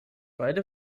beide